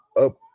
up